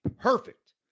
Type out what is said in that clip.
perfect